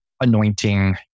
anointing